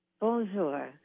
Bonjour